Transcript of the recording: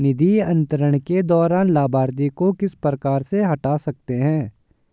निधि अंतरण के दौरान लाभार्थी को किस प्रकार से हटा सकते हैं?